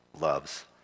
loves